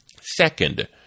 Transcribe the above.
Second